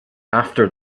after